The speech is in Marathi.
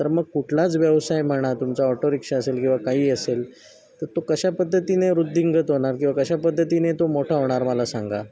तर मग कुठलाच व्यवसाय म्हणा तुमचा ऑटो रिक्षा असेल किंवा काहीही असेल तर तो कशा पद्धतीने वृद्धिंगत होणार किंवा कशा पद्धतीने तो मोठा होणार मला सांगा